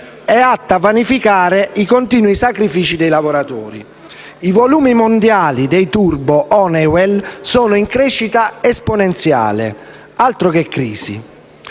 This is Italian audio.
atta a vanificare i continui sacrifici dei lavoratori. I volumi mondiali dei turbo Honeywell sono in crescita esponenziale. Altro che crisi!